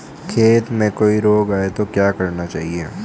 खेत में कोई रोग आये तो क्या करना चाहिए?